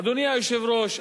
אדוני היושב-ראש,